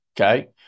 Okay